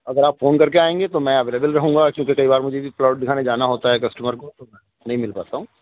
اگر آپ فون کر کے آئیں گے تو میں اویلیبل رہوں گا کیونکہ کئی بار مجھے بھی پلاٹ دکھانے جانا ہوتا ہے کسٹمر کو تو میں نہیں مل پاتا ہوں